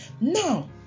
now